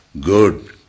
Good